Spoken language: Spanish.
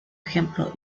ejemplo